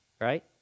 right